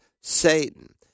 Satan